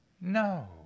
No